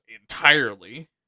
entirely